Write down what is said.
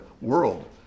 world